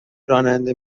راننده